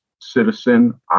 citizen